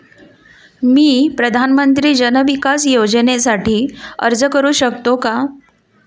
मी प्रधानमंत्री जन विकास योजनेसाठी अर्ज करू शकतो का?